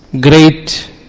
great